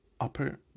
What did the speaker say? upper